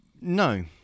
No